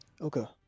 Okay